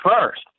first